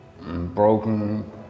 broken